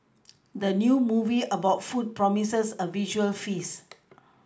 the new movie about food promises a visual feast